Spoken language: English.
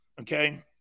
okay